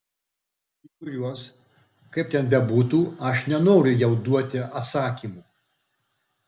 į kuriuos kaip ten bebūtų aš nenoriu jau duoti atsakymų